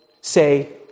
say